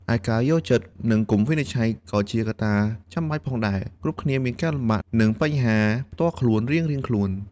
ឯការ យល់ចិត្ត និងកុំវិនិច្ឆ័យ ក៏ជាកត្តាចាំបាច់ផងដែរ គ្រប់គ្នាមានការលំបាក និងបញ្ហាផ្ទាល់ខ្លួនរៀងៗខ្លួន។